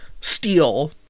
steal